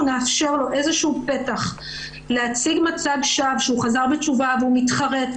נאפשר לו איזשהו פתח להציג מצג שווא שהוא חזר בתשובה והוא מתחרט,